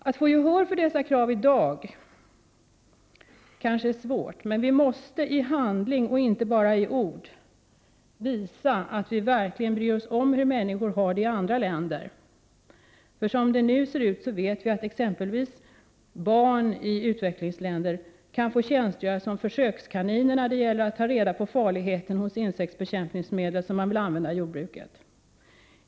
Att få gehör för dessa krav i dag kanske är svårt, men vi måste i handling och inte bara i ord visa att vi verkligen bryr oss om hur människor har det i andra länder. Som det nu ser ut vet vi exempelvis att barn i utvecklingsländer kan få tjänstgöra som försökskaniner när det gäller att ta reda på farligheten hos insektsbekämpningsmedel som man vill använda i jordbruket.